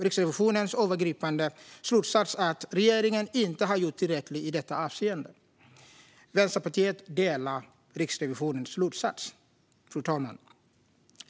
Riksrevisionens övergripande slutsats är att regeringen inte har gjort tillräckligt i detta avseende. Vänsterpartiet delar Riksrevisionens slutsats. Fru talman!